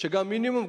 שגם מינימום,